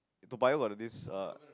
Toa-Payoh got the this err